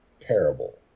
parable